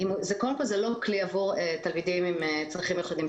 זה לא כלי עבור תלמידים עם צרכים מיוחדים.